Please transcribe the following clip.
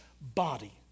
body